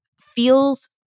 feels